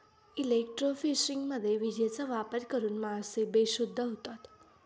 इलेक्ट्रोफिशिंगमध्ये विजेचा वापर करून मासे बेशुद्ध होतात